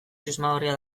susmagarria